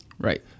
right